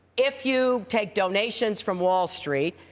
if you take donations from wall street,